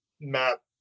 map